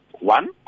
One